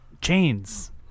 chains